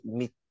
meet